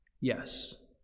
Yes